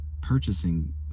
purchasing